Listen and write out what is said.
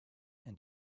and